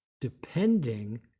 depending